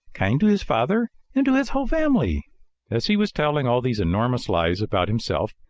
kind to his father, and to his whole family as he was telling all these enormous lies about himself,